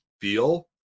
feel